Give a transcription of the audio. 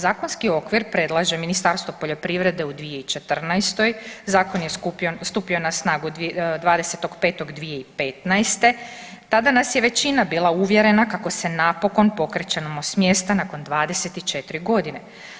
Zakonski okvir predlaže Ministarstvo poljoprivrede u 2014., zakon je stupio na snagu 20.5.2015., tada nas je većina bila uvjerena kako se napokon pokrećemo s mjesta nakon 24 godine.